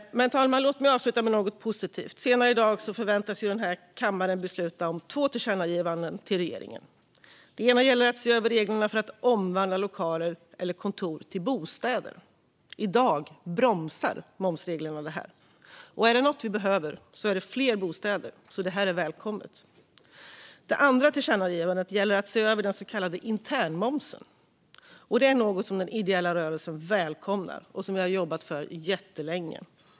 Fru talman! Låt mig avsluta med något positivt. Senare i dag väntas kammaren besluta om två tillkännagivanden till regeringen. Det ena gäller att se över reglerna för att omvandla lokaler eller kontor till bostäder. I dag bromsar momsreglerna detta. Om det är något vi behöver är det fler bostäder, så detta är välkommet. Det andra tillkännagivandet gäller att se över den så kallade internmomsen. Detta är något som den ideella rörelsen välkomnar och som vi har jobbat för jättelänge.